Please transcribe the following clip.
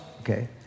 okay